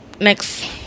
next